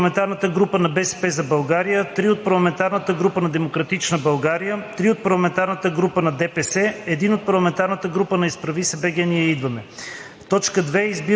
3 от Парламентарната група на „БСП за България“, 2 от Парламентарната група на „Демократична България“, 2 от Парламентарната група на ДПС, 1 от Парламентарната група на „Изправи се БГ! Ние идваме!“.